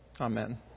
Amen